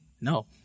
No